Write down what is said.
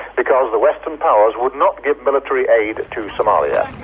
because the western powers would not give military aid to somalia.